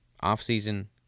off-season